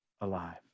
alive